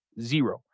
zero